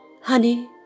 honey